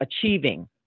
achieving